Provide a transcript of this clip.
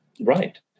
right